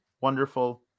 wonderful